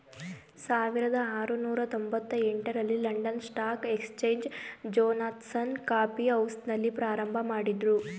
ಸಾವಿರದ ಆರುನೂರು ತೊಂಬತ್ತ ಎಂಟ ರಲ್ಲಿ London stock exchange Jonathan's coffee ಹೌಸ್ನಲ್ಲಿ ಪ್ರಾರಂಭಮಾಡಿದ್ರು